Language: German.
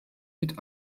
mit